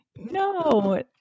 No